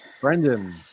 Brendan